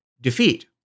defeat